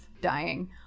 dying